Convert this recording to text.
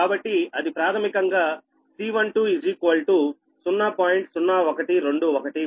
కాబట్టి అది ప్రాథమికంగా C12 0